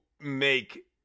make